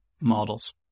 models